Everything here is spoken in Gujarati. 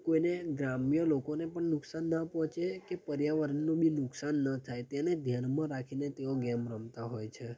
કોઈને ગ્રામ્ય લોકોને નુકસાન ન પહોંચે કે પર્યાવરણનું બી નુકસાન ન થાય તેને ધ્યાનમાં રાખીને તેઓ ગેમ રમતાં હોય છે